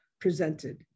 presented